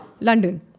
London